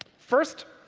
first,